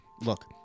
Look